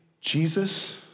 Jesus